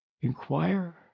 inquire